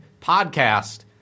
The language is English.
podcast